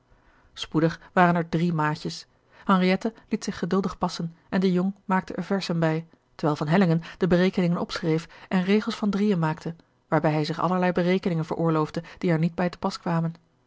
spoedig waren er drie maatjes henriette liet zich geduldig passen en de jong maakte er verzen bij terwijl van hellingen de berekeningen opschreef en regels van drieën maakte waarbij hij zich allerlei berekeningen veroorloofde die er niet bij te pas kwamen